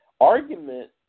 argument